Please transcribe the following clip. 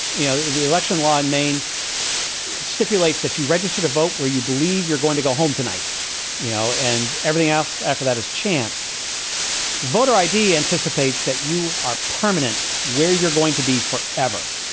you know, the election law in maine, it stipulates that you register to vote where you believe you're going to go home tonight. you know, and everything else after that is chance. the voter i d. anticipates that you are permanent where you're going to be for ever.